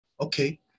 okay